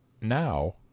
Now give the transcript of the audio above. Now